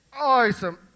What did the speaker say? Awesome